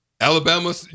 Alabama